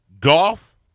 golf